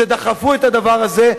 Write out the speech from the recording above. דחפו את העניין הזה.